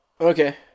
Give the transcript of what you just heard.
okay